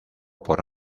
por